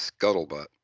Scuttlebutt